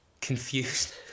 confused